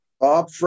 Bob